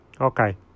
Okay